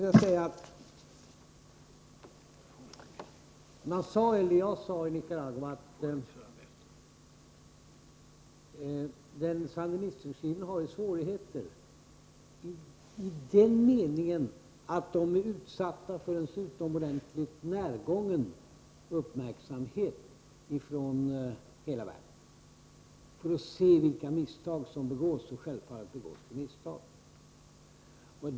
Jag sade i Nicaragua att sandinistregimen har svårigheter i den meningen att man är utsatt för en utomordentligt närgången uppmärksamhet från hela världen. Det gäller att fastslå vissa misstag som begås — självfallet begår man misstag.